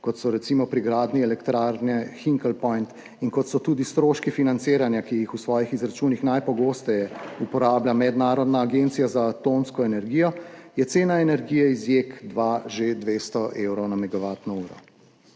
kot so recimo pri gradnji elektrarne Hinkley Point in kot so tudi stroški financiranja, ki jih v svojih izračunih najpogosteje uporablja Mednarodna agencija za atomsko energijo, je cena energije iz JEK2 že 200 evrov na megavatno uro.